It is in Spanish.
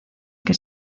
que